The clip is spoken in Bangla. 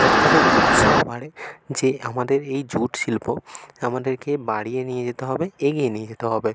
যাতে তাদের উৎসাহ বাড়ে যে আমাদের এই জুট শিল্প আমাদেরকে বাড়িয়ে নিয়ে যেতে হবে এগিয়ে নিয়ে যেতে হবে